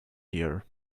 here